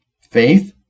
faith